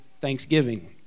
thanksgiving